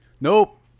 nope